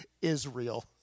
Israel